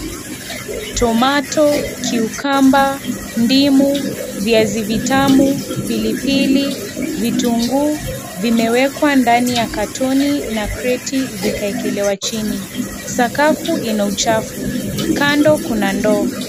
Tomato cucumber ndimu, viazi tamu, pilipili, vitungu, vimewekwa ndani ya katoni na kreti vikaekelewa chini. Sakafu ina uchafu kando kuna ndoo.